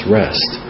rest